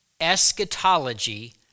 eschatology